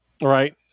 Right